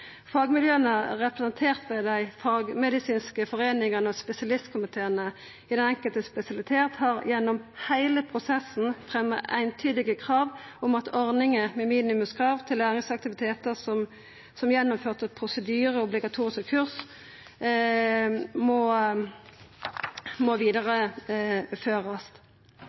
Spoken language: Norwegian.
Fagmiljøa, representert ved dei fagmedisinske foreiningane og spesialistkomiteane i den enkelte spesialitet, har gjennom heile prosessen fremja eintydige krav om at ordninga med minimumskrav til læringsaktivitetar som gjennomførte prosedyrar og obligatoriske kurs må vidareførast. Eit fleirtal her vil tilsynelatande at det no skal vera ei